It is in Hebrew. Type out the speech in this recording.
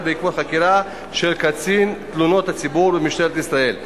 בעקבות חקירה של קצין תלונות הציבור במשטרת ישראל.